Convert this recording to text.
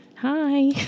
hi